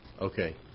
Okay